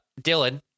Dylan